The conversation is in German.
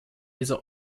diese